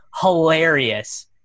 hilarious